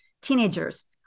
teenagers